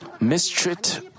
mistreat